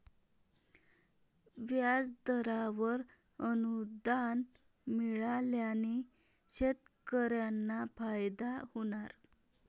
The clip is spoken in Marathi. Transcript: व्याजदरावर अनुदान मिळाल्याने शेतकऱ्यांना फायदा होणार